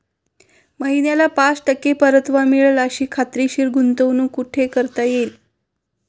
महिन्याला पाच टक्के परतावा मिळेल अशी खात्रीशीर गुंतवणूक कुठे करता येईल?